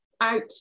out